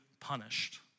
punished